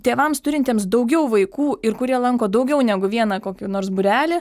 tėvams turintiems daugiau vaikų ir kurie lanko daugiau negu vieną kokį nors būrelį